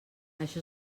això